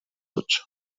ocho